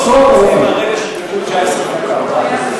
עשרות אלפים.